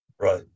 Right